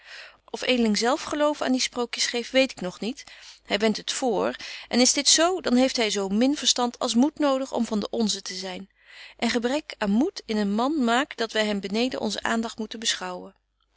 of edeling zelf geloof aan die sprookjes betje wolff en aagje deken historie van mejuffrouw sara burgerhart geeft weet ik nog niet hy wendt het vr en is dit z dan heeft hy zo min verstand als moed genoeg om van de onzen te zyn en gebrek aan moed in een man maakt dat wy hem beneden onzen aandagt moeten beschouwen